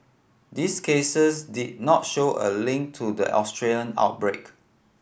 these cases did not show a link to the Australian outbreak